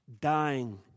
dying